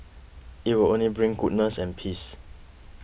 it will only bring goodness and peace